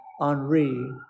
Henri